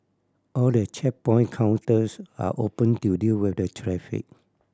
all the checkpoint counters are open to deal with the traffic